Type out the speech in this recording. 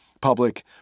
public